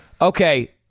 okay